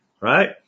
right